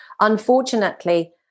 unfortunately